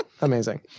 Amazing